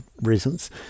reasons